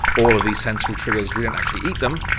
all of these sensory triggers, we don't actually eat them,